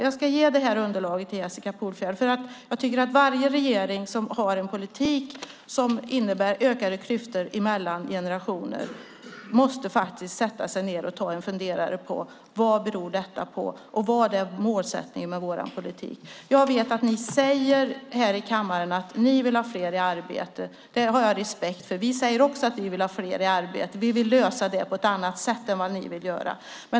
Jag ska ge det underlag som jag har till Jessica Polfjärd. Jag tycker att varje regering som har en politik som innebär ökade klyftor mellan generationer måste sätta sig ned och fundera på vad detta beror på och vilken målsättning man har med politiken. Jag vet att ni säger här i kammaren att ni vill ha fler i arbete, och det har jag respekt för. Vi säger också att vi vill ha fler i arbete, men vi vill lösa det på ett annat sätt än vad ni vill göra.